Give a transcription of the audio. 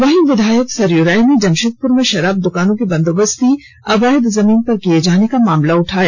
वहीं विधायक सरयू राय ने जमशेदपुर में शराब दुकानों की बंदोबस्ती अवैध जमीन पर किये जाने का मामला उठाया